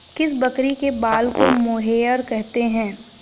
किस बकरी के बाल को मोहेयर कहते हैं?